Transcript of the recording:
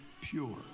pure